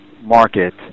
market